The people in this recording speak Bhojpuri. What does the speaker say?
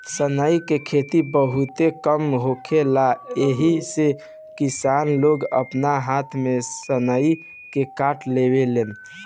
सनई के खेती बहुते कम होखेला एही से किसान लोग आपना हाथ से सनई के काट लेवेलेन